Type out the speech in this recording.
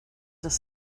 dass